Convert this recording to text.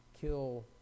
kill